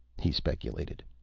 he speculated,